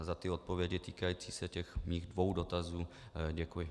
Za odpovědi týkající se těch dvou dotazů děkuji.